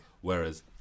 Whereas